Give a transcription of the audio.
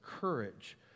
courage